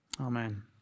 Amen